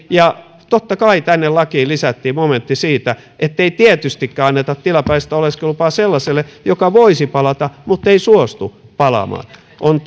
ja totta kai tänne lakiin lisättiin momentti siitä ettei tietystikään anneta tilapäistä oleskelulupaa sellaiselle joka voisi palata muttei suostu palaamaan on